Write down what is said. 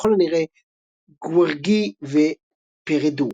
ככל הנראה Gwrgi ו-Peredur.